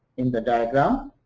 in the diagram